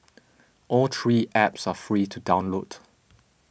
all three apps are free to download